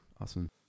Awesome